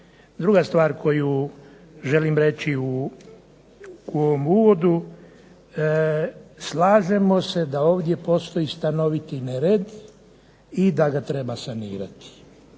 Druga stvar koju želim reći u ovom uvodu. Slažemo se da ovdje postoji stanoviti nered i da ga treba sanirati.